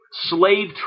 Slave